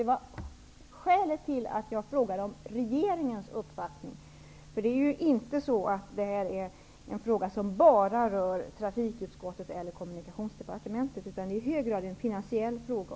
Det var skälet till att jag frågade efter regeringens uppfattning. Det är ju inte en fråga som rör bara trafikutskottet och Kommunikationsdepartementet, utan det är i hög grad också en finansiell fråga.